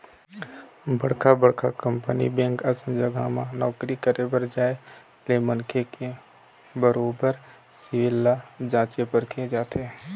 बड़का बड़का company bank असन जघा म नौकरी करे बर जाय ले मनखे के बरोबर सिविल ल जाँचे परखे जाथे